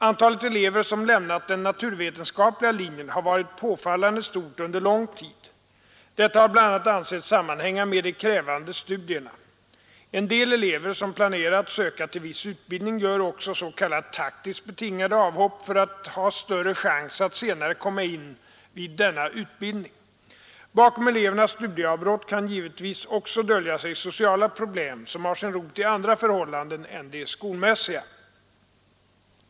Antalet elever som lämnat den naturvetenskapliga linjen har varit påfallande stort under lång tid: detta har bl.a. ansetts sammanhänga med de krävande studierna. En del elever som planerar att söka till viss utbildning gör också s.k. taktiskt betingade avhopp för att ha större chans att senare komma in vid denna utbildning. Bakom elevernas studieavbrott kan givetvis också dölja sig sociala problem som har sin rot i andra förhållanden än de skolmässiga.